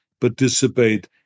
participate